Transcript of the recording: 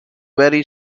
very